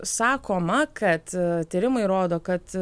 sakoma kad tyrimai rodo kad